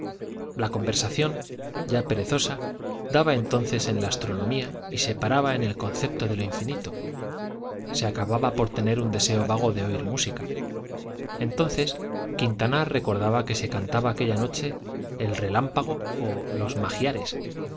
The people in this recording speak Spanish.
la conversación ya perezosa daba entonces en la astronomía y se paraba en el concepto de lo infinito se acababa por tener un deseo vago de oír música entonces quintanar recordaba que se cantaba aquella noche el relámpago o los magyares